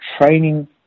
training